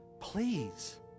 please